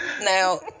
Now